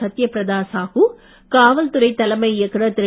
சத்ய பிரதா சாஹு காவல் துறை தலைமை இயக்குநர் திரு